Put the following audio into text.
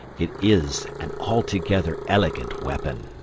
it is an altogether elegant weapon.